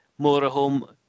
motorhome